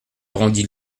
rendit